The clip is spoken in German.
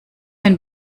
wenn